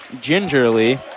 gingerly